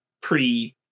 pre